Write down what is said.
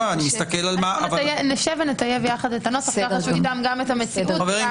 נשב ונטייב את הנוסח, כך שיתאם גם את המציאות.